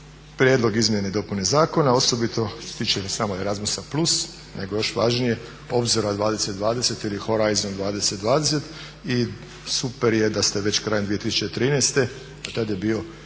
prijedlog izmjene i dopune zakona, osobito što se tiče ne samo Erasmusa+ nego još važnije obzora 2020 ili Horizont 2020 i super je da ste već krajem 2013., a tad je bio